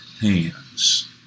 hands